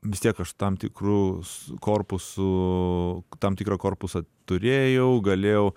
vis tiek aš tam tikrus korpusų tam tikrą korpusą turėjau galėjau